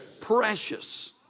Precious